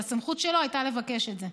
אבל הסמכות שלו הייתה לבקש את זה.